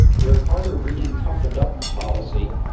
where carter really toughened up the policy.